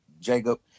Jacob